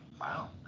wow